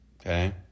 Okay